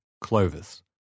Clovis